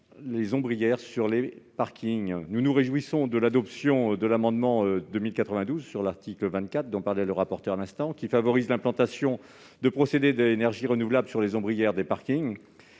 les ombrières sur les parkings. Nous nous réjouissons de l'adoption de l'amendement n° 2092 à l'article 24, qui favorise l'implantation de procédés d'énergies renouvelables sur les ombrières des parkings,